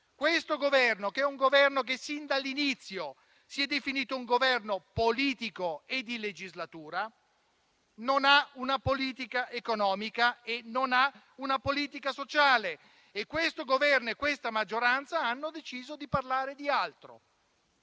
Questo Governo, che sin dall'inizio si è definito politico e di legislatura, non ha una politica economica e non ha una politica sociale. E questo Governo e questa maggioranza hanno deciso di parlare di altro